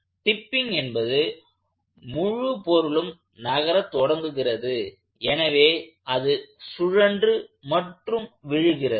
tipping என்பது முழு பொருளும் நகரத் தொடங்குகிறது எனவே அது சுழன்று மற்றும் விழுகிறது